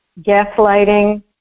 gaslighting